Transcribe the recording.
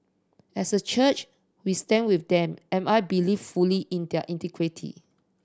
as a church we stand with them am I believe fully in their integrity